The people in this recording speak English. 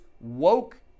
woke